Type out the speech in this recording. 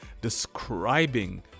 describing